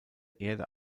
erde